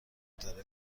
داره